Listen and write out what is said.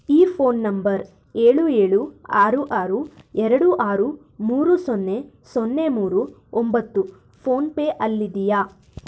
ಈ phone number ಏಳು ಏಳು ಆರು ಆರು ಎರಡು ಆರು ಮೂರು ಸೊನ್ನೆ ಸೊನ್ನೆ ಮೂರು ಒಂಬತ್ತು ಫೋನ್ಪೇ ಅಲ್ಲಿದೆಯಾ